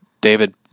David